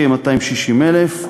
כ-260,000,